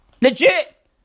Legit